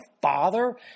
father